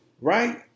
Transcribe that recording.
Right